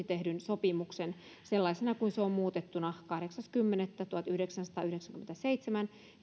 tehdyn sopimuksen sellaisena kuin se on muutettuna kahdeksas kymmenettä tuhatyhdeksänsataayhdeksänkymmentäseitsemän